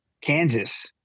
Kansas